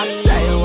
stay